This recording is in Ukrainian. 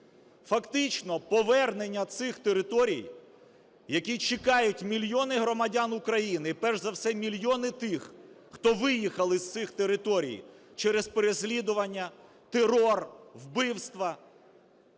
Фактично повернення цих територій, які чекають мільйони громадян України, і перш за все мільйони тих, хто виїхав з цих територій через переслідування, терор, вбивства,